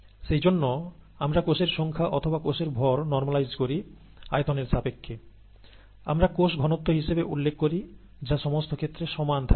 এইজন্য আমরা কোষের সংখ্যা অথবা কোষের ভর নর্মালাইজ করি আয়তন এর সাপেক্ষে আমরা কোষ ঘনত্ব হিসেবে উল্লেখ করি যা সমস্ত ক্ষেত্রে সমান থাকে